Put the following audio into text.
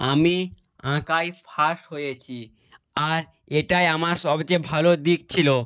আমি আঁকায় ফার্স্ট হয়েছি আর এটাই আমার সবচেয়ে ভালো দিক ছিলো